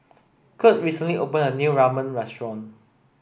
Kirt recently open a new Ramen restaurant